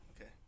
Okay